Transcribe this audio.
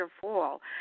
fall